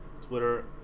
Twitter